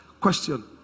Question